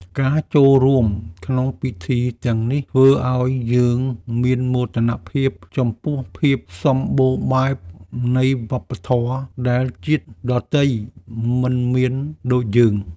ការចូលរួមក្នុងពិធីទាំងនេះធ្វើឱ្យយើងមានមោទនភាពចំពោះភាពសម្បូរបែបនៃវប្បធម៌ដែលជាតិដទៃមិនមានដូចយើង។